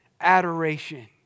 Adoration